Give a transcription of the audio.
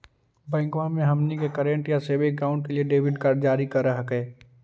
बैंकवा मे हमनी के करेंट या सेविंग अकाउंट के लिए डेबिट कार्ड जारी कर हकै है?